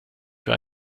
für